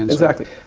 exactly.